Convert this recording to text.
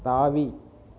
தாவி